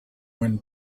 when